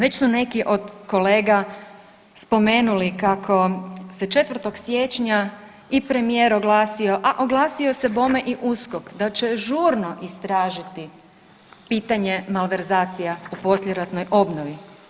Već su neki od kolega spomenuli kako se 4. siječnja i premijer oglasio, a oglasio se bome i USKOK da će žurno istražiti pitanje malverzacija u poslijeratnoj obnovi.